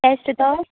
taste तर